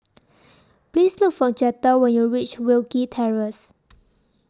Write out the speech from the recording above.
Please Look For Jetta when YOU REACH Wilkie Terrace